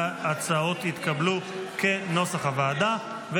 הסעיפים, כנוסח הוועדה, התקבלו.